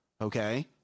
Okay